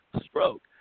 stroke